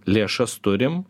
lėšas turim